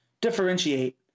differentiate